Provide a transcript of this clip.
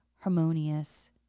harmonious